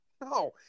No